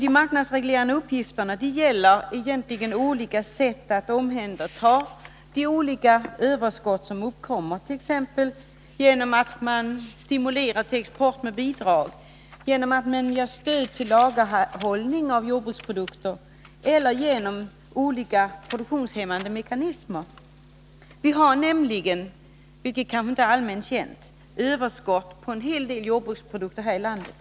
De marknadsreglerande uppgifterna gäller egentligen olika sätt att omhänderta de överskott som uppkommer t.ex. genom att man stimulerar till export med bidrag, genom att man ger stöd till lagerhållning av jordbruksprodukter eller genom olika produktionshämmande mekanismer. Vi har nämligen — vilket kanske inte är allmänt känt — överskott på en hel del jordbruksprodukter här i landet.